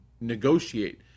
negotiate